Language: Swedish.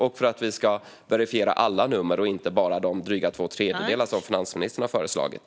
Vidare ska vi verifiera alla nummer och inte bara de dryga två tredjedelar som finansministern har föreslagit.